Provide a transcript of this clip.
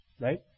right